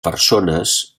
persones